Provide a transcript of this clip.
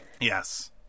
Yes